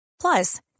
Plus